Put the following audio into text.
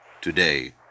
today